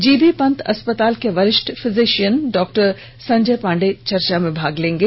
जी B Pant अस्पताल के वरिष्ठ फिजिशियन डॉक्टर संजय पांडे चर्चा में भाग लेंगे